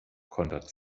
kontert